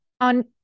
on-